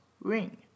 ring